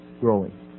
growing